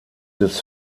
des